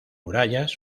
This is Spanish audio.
murallas